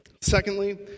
Secondly